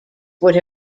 would